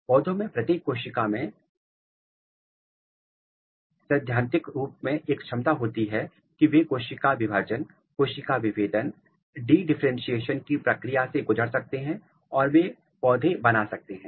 पौधों में प्रत्येक कोशिका मैं सैद्धांतिक रूप में एक क्षमता होती है कि वे कोशिका विभाजन कोशिका विभेदन डी डिफरेंटशिएशन की प्रक्रिया से गुजर सकते हैं और वे पौधे बना सकते हैं